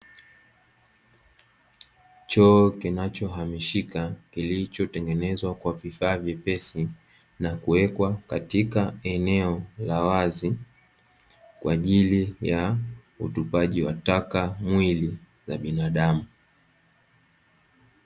Choo kinachohamishika, kilichotengenezwa kwa vifaa vyepesi na kuwekwa katika eneo la wazi kwa ajili ya utupaji wa takamwili wa binadamu.